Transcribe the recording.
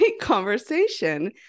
conversation